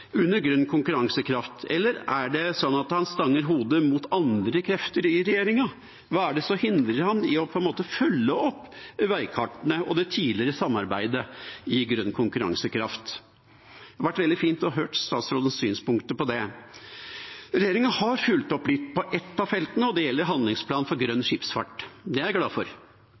under grønn konkurransekraft, eller er det sånn at han stanger hodet mot andre krefter i regjeringa? Hva er det som hindrer ham i å følge opp veikartene og det tidligere samarbeidet om grønn konkurransekraft? – Det hadde vært veldig fint å få høre statsrådens synspunkter på det. Regjeringa har fulgt opp litt på ett av feltene, og det gjelder handlingsplan for grønn skipsfart. Det er jeg glad for.